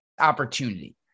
opportunity